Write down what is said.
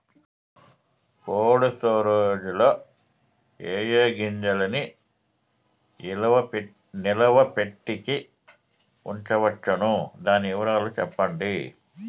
Cold storage లో ఏ ఏ గింజల్ని నిలువ పెట్టేకి ఉంచవచ్చును? దాని వివరాలు సెప్పండి?